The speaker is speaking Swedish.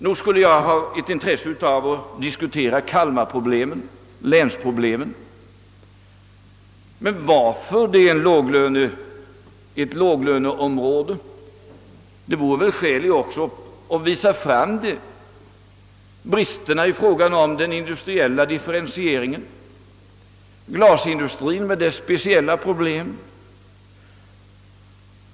Visst skulle jag vara intresserad av att diskutera problemen i Kalmar län och om det är ett låglöneområde. Det vore väl skäl i att också visa på bristerna i den industriella differentieringen, t.ex. glasindustrien med dess speciella problem.